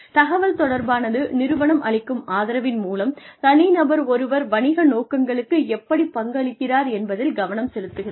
தகவல்தொடர்பானது நிறுவனம் அளிக்கும் ஆதரவின் மூலம் தனிநபர் ஒருவர் வணிக நோக்கங்களுக்கு எப்படிப் பங்களிக்கிறார் என்பதில் கவனம் செலுத்துகிறது